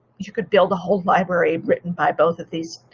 you could build a whole library written by both of these